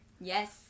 Yes